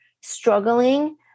struggling